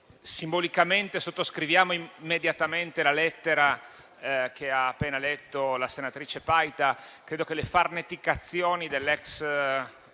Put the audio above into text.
sottoscriviamo immediatamente la lettera che ha appena letto la senatrice Paita. Credo che le farneticazioni dell'ex